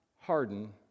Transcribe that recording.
harden